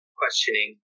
questioning